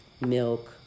milk